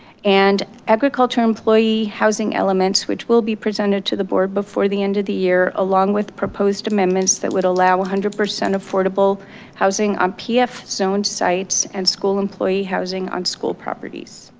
and agriculture employee housing elements, which will be presented to the board before the end of the year along with proposed amendments that would allow one hundred percent affordable housing on pf zone sites and school employee housing on school properties.